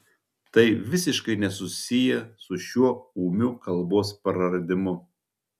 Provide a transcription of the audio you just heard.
tai visiškai nesusiję su šiuo ūmiu kalbos praradimu